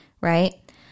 right